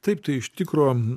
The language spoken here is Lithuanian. taip tai iš tikro